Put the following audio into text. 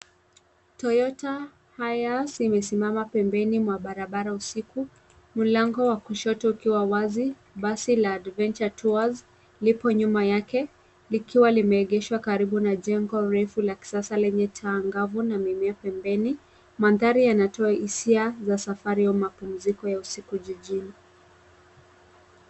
Toyota Hiace imesimama pembeni mwa barabara usiku mlango wa kushoto ukiwa wazi. Basi la Adventure Tours liko nyuma yake likiwa limeegeshwa karibu na jengo refu la kisasa lenye taa angavu na mimea pembeni. Mandhari yanatoa hisia za safari au mapumziko ya usiku jijini.